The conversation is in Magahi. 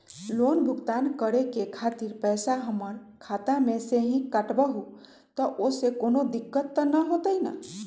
लोन भुगतान करे के खातिर पैसा हमर खाता में से ही काटबहु त ओसे कौनो दिक्कत त न होई न?